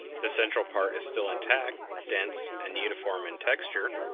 the central part is still intact, dense, and uniform in texture.